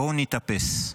בואו נתאפס.